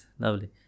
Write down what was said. lovely